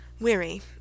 Weary